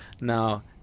Now